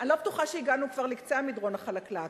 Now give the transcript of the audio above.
אני לא בטוחה שהגענו כבר לקצה המדרון החלקלק,